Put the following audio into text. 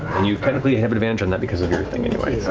and you technically have advantage on that because of your thing anyway,